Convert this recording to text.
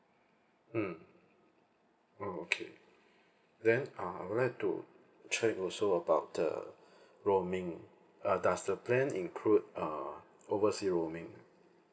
mm oh okay then uh I would like to check also about the roaming uh does the plan include uh oversea roaming